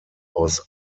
aus